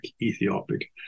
Ethiopic